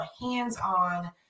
hands-on